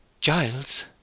Giles